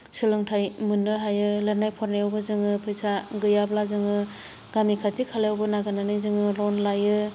सोलोंथाय मोननो हायो लिरनाय फरायनायावबो जोङो फैसा गैयाब्ला जोङो गामि खाथि खालायावबो लाबोनानै जोङो लन लायो